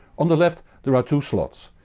on the left there are two slots,